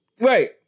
Right